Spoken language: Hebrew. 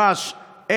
בכל מגרש.